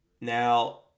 Now